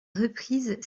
reprise